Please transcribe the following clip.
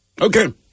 Okay